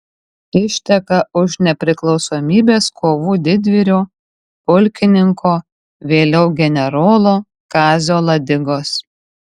išteka už nepriklausomybės kovų didvyrio pulkininko vėliau generolo kazio ladigos